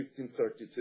1532